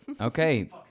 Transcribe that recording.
Okay